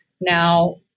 Now